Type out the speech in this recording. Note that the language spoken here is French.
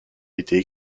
était